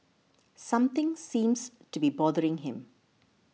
something seems to be bothering him